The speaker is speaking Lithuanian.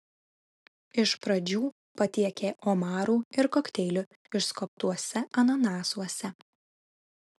iš pradžių patiekė omarų ir kokteilių išskobtuose ananasuose